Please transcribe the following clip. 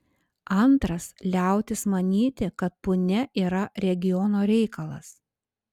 antras liautis manyti kad punia yra regiono reikalas